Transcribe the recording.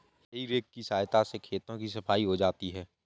हेइ रेक की सहायता से खेतों की सफाई हो जाती है